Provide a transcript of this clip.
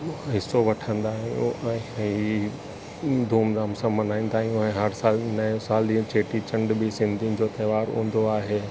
हिसो वठंदा आहियूं ऐं इहे धूमधाम सां मल्हाईंदा आहियूं ऐं हर सालु नयो सालु हीअं चेटी चंड बि सिंधियुनि जो तहिवारु हूंदो आहे